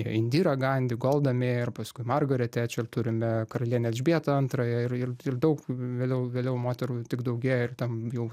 indira gandi golda mejer ir paskui margaret tečer turime karalienę elžbietą antrąją ir ir ir daug vėliau vėliau moterų tik daugėja ir tam jau